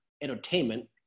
entertainment